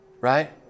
right